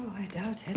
i doubt